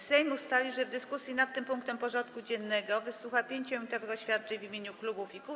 Sejm ustalił, że w dyskusji nad tym punktem porządku dziennego wysłucha 5-minutowych oświadczeń w imieniu klubów i kół.